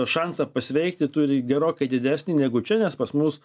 šansą pasveikti turi gerokai didesnį negu čia nes pas mus